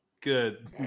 Good